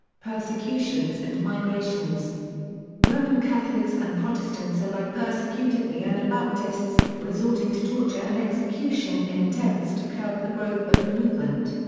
persecutions and migrations roman catholics and protestants alike persecuted the anabaptists, resorting to torture and execution in attempts to curb the growth of the movement.